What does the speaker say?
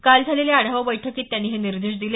काल झालेल्या आढावा बैठकीत त्यांनी हे निर्देश दिले